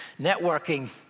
Networking